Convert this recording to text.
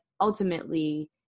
ultimately